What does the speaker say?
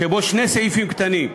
שבו שני סעיפים קטנים: